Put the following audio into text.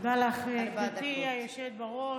תודה לך, גברתי היושבת-ראש.